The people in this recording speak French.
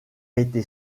été